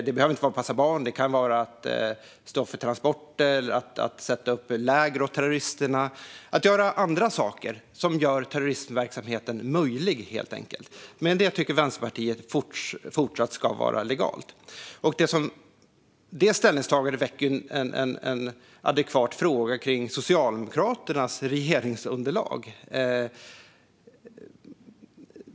Det behöver inte handla om att passa barn; det kan handla om att stå för transporter eller sätta upp läger åt terroristerna, helt enkelt att göra saker som möjliggör terroristverksamheten. Men det tycker Vänsterpartiet fortsatt ska vara legalt. Det ställningstagandet väcker en adekvat fråga om Socialdemokraternas regeringsunderlag.